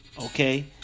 okay